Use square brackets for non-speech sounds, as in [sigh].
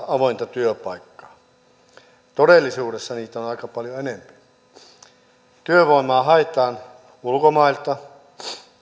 [unintelligible] avointa työpaikkaa todellisuudessa niitä on aika paljon enempi työvoimaa haetaan ulkomailta